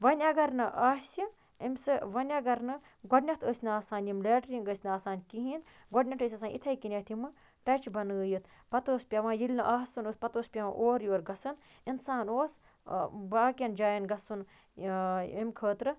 وۄنۍ اگر نہٕ آسہِ أمۍ سہٕ وۄنۍ اگر نہٕ گۄڈنٮ۪تھ ٲسۍ نہٕ آسان یِم لیٹریٖن ٲسۍ نہٕ آسان کِہیٖنۍ گۄڈنٮ۪تھ ٲسۍ أسۍ آسان اِتھَے کَنٮ۪تھ یِمہٕ ٹَچہِ بَنٲیِتھ پَتہٕ اوس پٮ۪وان ییٚلہِ نہٕ آسُن اوس پَتہٕ اوس پٮ۪وان اورٕ یورٕ گژھن اِنسان اوس باقِیَن جایَن گژھُن ایٚمہِ خٲطرٕ